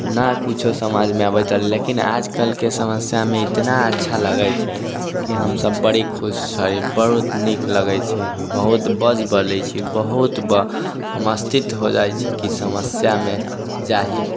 ना किछु समाजमे आबैत रहलै लेकिन आजकलके समस्यामे इतना अच्छा लागै छै कि हमसब बड़ी खुश छै बहुत नीक लगै छै बहुत बज बलै छी बहुत हम अस्तित्व हो जाइत छी कि समस्यामे जाहि